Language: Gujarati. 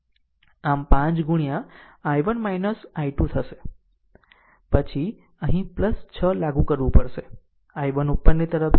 આમ 5 ગુણ્યા I1 I2 થશે પછી અહીં 6 લાગુ કરવું પડશે I1 ઉપરની તરફ છે